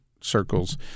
circles